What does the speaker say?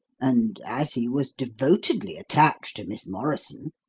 and, as he was devotedly attached to miss morrison,